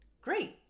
great